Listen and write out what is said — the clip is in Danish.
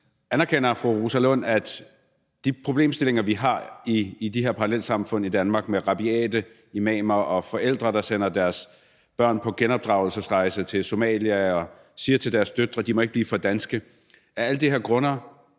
Rosa Lund, at de problemstillinger, vi har i de her parallelsamfund i Danmark, med rabiate imamer og forældre, der sender deres børn på genopdragelsesrejser til Somalia og siger til deres døtre, at de ikke må blive for danske, grunder